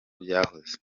byahoze